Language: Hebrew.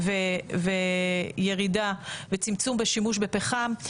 וירידה וצמצום השימוש בפחם.